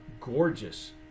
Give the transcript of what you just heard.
gorgeous